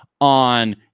on